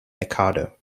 mikado